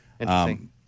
Interesting